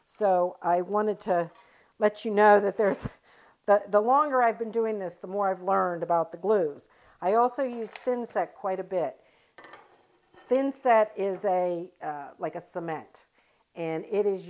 so i wanted to let you know that there's that the longer i've been doing this the more i've learned about the glues i also use fins that quite a bit since that is a like a cement and it is